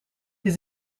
his